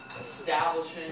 establishing